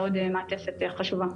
תודה.